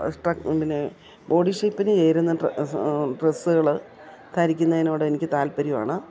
സ്ട്രക്ക് പിന്നെ ബോഡി ഷേപ്പിനു ചേരുന്ന ഡ്രസ്സ് ഡ്രസ്സുകൾ ധരിക്കുന്നതിനോട് എനിക്ക് താല്പര്യമാണ്